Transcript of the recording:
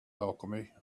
alchemy